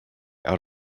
out